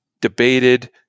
debated